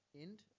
end